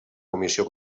comissió